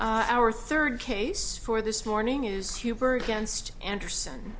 right our third case for this morning is hubert against anders